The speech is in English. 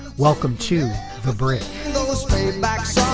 welcome to the brit payback's.